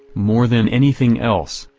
more than anything else,